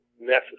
necessary